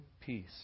peace